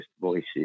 voices